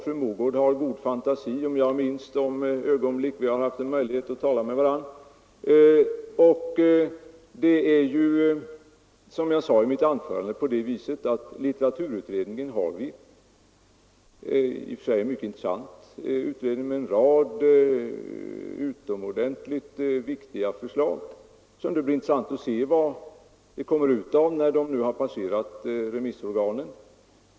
Fru Mogård har, om jag rätt minns de tillfällen då vi haft möjlighet att tala med varandra, god fantasi. Men man kan naturligtvis, om man så vill, sätta upp en katalog. Om det behövs för pedagogisk vägledning skall vi gärna stå till tjänst med det. Litteraturutredningen är, som jag sade i mitt anförande, färdig. Det är en i och för sig mycket intressant utredning med en rad utomordentligt viktiga förslag. Det skall bli intressant att se vad som kommer ut av dem när de nu har passerat remissorganen.